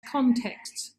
contexts